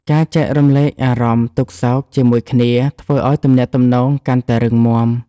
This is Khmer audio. ការចែករំលែកអារម្មណ៍ទុក្ខសោកជាមួយគ្នាធ្វើឱ្យទំនាក់ទំនងកាន់តែរឹងមាំ។